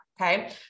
Okay